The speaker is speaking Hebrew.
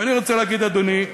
ואני רוצה להגיד, אדוני,